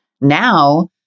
Now